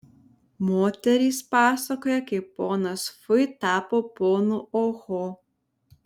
moterys pasakoja kaip ponas fui tapo ponu oho